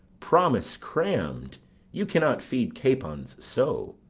promise-crammed you cannot feed capons so.